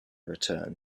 return